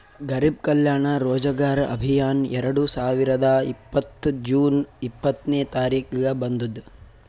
ಗರಿಬ್ ಕಲ್ಯಾಣ ರೋಜಗಾರ್ ಅಭಿಯಾನ್ ಎರಡು ಸಾವಿರದ ಇಪ್ಪತ್ತ್ ಜೂನ್ ಇಪ್ಪತ್ನೆ ತಾರಿಕ್ಗ ಬಂದುದ್